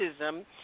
racism